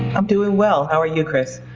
i'm doing well. how are you, chris?